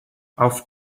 auf